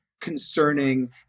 concerning